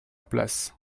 place